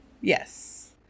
Yes